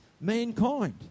mankind